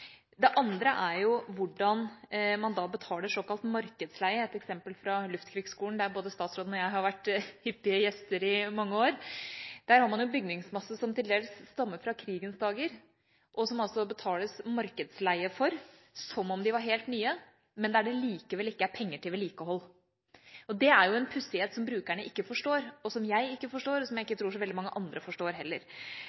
Det andre er hvordan man betaler såkalt markedsleie. Ett eksempel er fra Luftkrigsskolen, der både statsråden og jeg har vært hyppige gjester i mange år. Der har man en bygningsmasse som dels stammer fra krigens dager, og som det betales markedsleie for som om de var helt nye, men der det likevel ikke er penger til vedlikehold. Det er en pussighet som brukerne ikke forstår, som jeg ikke forstår, og som jeg